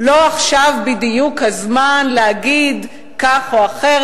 לא עכשיו בדיוק הזמן להגיד כך או אחרת.